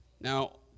Now